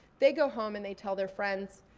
they go home and they tell their friends,